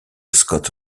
scott